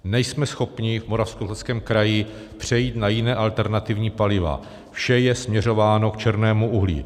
Nejsme schopni v Moravskoslezském kraji přejít na jiná alternativní paliva, vše je směřováno k černému uhlí.